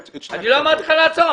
אני לא אמרתי לך לעצור.